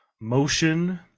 motion